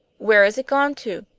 where is it gone to?